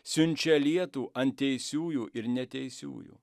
siunčia lietų ant teisiųjų ir neteisiųjų